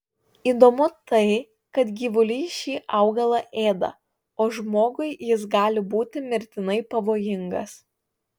įdomu tai kad gyvuliai šį augalą ėda o žmogui jis gali būti mirtinai pavojingas